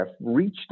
reached